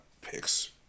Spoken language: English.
picks